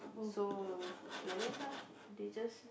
so like that lah they just